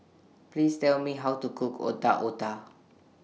Please Tell Me How to Cook Otak Otak